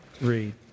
read